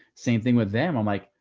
same thing with them. i'm like,